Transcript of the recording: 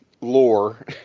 lore